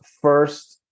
first